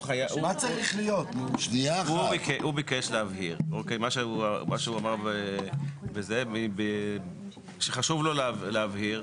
הוא ביקש להבהיר מה שהוא אמר וזה מה שחשוב לו להבהיר,